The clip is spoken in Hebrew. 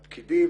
הפקידים,